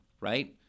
Right